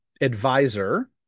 advisor